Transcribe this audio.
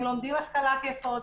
הם לומדים השכלת יסוד,